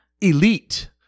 Elite